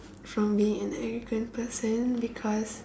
from being an arrogant person because